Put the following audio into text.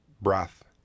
breath